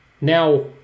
now